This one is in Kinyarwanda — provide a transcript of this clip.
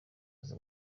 aza